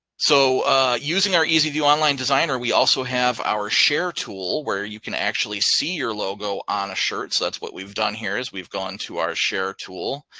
so using our easy view online designer, we also have our share tool where you can actually see your logo on a shirt. so that's what we've done here is we've gone to our share tool.